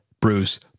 Bruce